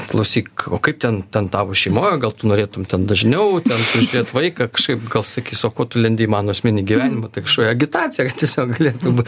klausyk o kaip ten ten tavo šeimoj o gal tu norėtum ten dažniau ten prižiūrėt vaiką kažkaip gal sakys o ko tu lendi į mano asmeninį gyvenimą tai kažkokia agitacija tiesiog galėtų būt